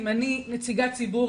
אם אני נציגת ציבור,